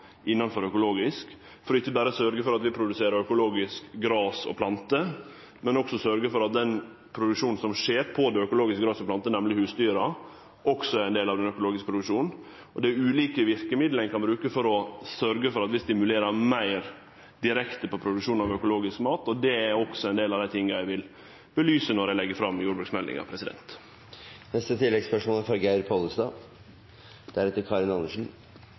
å sørgje for at vi produserer gras og planter økologisk, men også for å sørgje for at den produksjonen som skjer gjennom den økologiske produksjonen av gras og planter, nemleg av husdyr, også er ein del av den økologiske produksjonen. Det er ulike verkemiddel ein kan bruke for å sørgje for at vi stimulerer meir direkte til produksjon av økologisk mat. Det er også ein del av dei tinga eg vil belyse når eg legg fram jordbruksmeldinga.